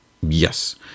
Yes